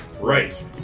Right